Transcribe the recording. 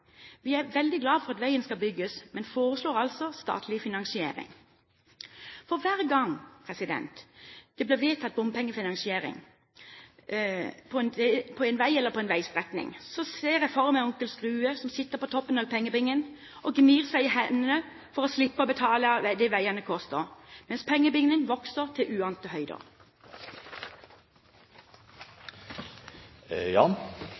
Vi er veldig glad for at veien skal bygges, men foreslår altså statlig finansiering. For hver gang det blir vedtatt bompengefinansiering av en vei eller en veistrekning, ser jeg for meg onkel Skrue som sitter på toppen av pengebingen og gnir seg i hendene for å slippe å betale det veiene koster, mens pengebingen vokser til